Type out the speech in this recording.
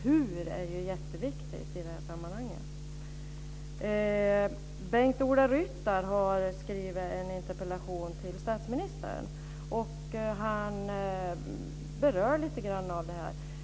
Hur är alltså jätteviktigt i det här sammanhanget. Bengt-Ola Ryttar har skrivit en interpellation till statsministern där han berör lite av detta.